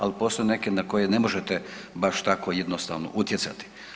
Ali postoje neke na koje ne možete baš tako jednostavno utjecati.